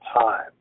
time